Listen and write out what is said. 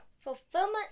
Fulfillment